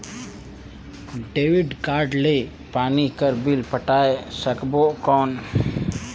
Debit card ले पानी कर बिल पटाय सकबो कौन?